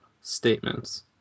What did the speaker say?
statements